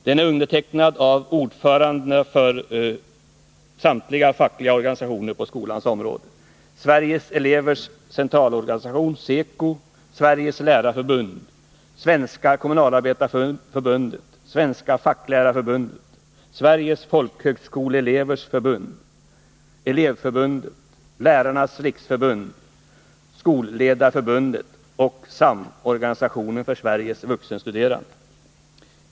Den är undertecknad av ordförandena för Sveriges elevers centralorganisation, Sveriges lärarförbund, Svenska kommunalarbetareförbundet, Svenska facklärarförbundet, Sveriges folkhögskoleelevers förbund, Elevförbundet, Lärarnas riksförbund, Skolledarförbundet och Samorganisationen för Sveriges vuxenstuderande.